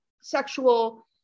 sexual